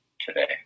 today